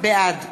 בעד